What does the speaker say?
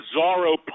bizarro